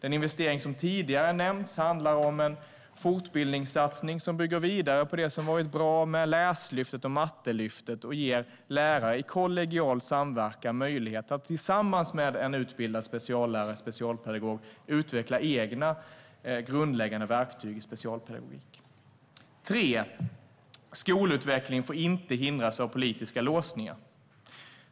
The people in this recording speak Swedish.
En investering som tidigare nämnts handlar om en fortbildningssatsning som bygger vidare på det som varit bra med Läslyftet och Mattelyftet och ger lärare i kollegial samverkan möjlighet att tillsammans med en utbildad specialpedagog utveckla egna grundläggande verktyg i specialpedagogik. För det tredje: Skolutvecklingen får inte hindras av politiska låsningar.